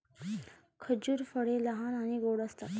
खजूर फळे लहान आणि गोड असतात